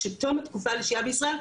כשתום התקופה לשהייה בישראל,